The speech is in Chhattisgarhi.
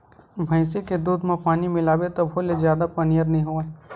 भइसी के दूद म पानी मिलाबे तभो ले जादा पनियर नइ होवय